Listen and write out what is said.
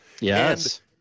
Yes